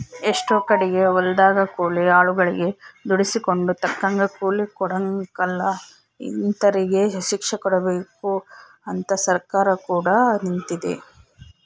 ಎಷ್ಟೊ ಕಡಿಗೆ ಹೊಲದಗ ಕೂಲಿ ಆಳುಗಳಗೆ ದುಡಿಸಿಕೊಂಡು ತಕ್ಕಂಗ ಕೂಲಿ ಕೊಡಕಲ ಇಂತರಿಗೆ ಶಿಕ್ಷೆಕೊಡಬಕು ಅಂತ ಸರ್ಕಾರ ಕೂಡ ನಿಂತಿತೆ